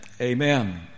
Amen